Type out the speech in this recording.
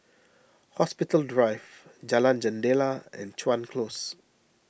Hospital Drive Jalan Jendela and Chuan Close